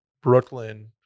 Brooklyn